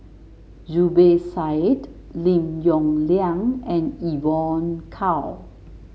Zubir Said Lim Yong Liang and Evon Kow